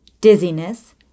dizziness